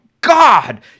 God